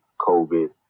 covid